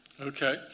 Okay